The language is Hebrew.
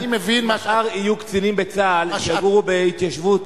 מחר יהיו קצינים בצה"ל שיגורו בהתיישבות,